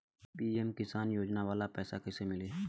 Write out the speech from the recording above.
PM किसान योजना वाला पैसा कईसे मिली?